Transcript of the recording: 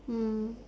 mm